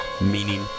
meaning